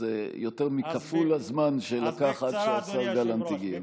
שזה יותר מכפול הזמן שלקח עד שהשר גלנט הגיע.